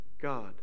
God